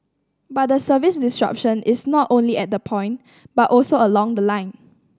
but the service disruption is not only at the point but also along the line